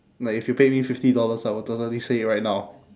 like if you pay me fifty dollars I will totally say it right now